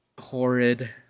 horrid